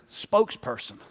spokesperson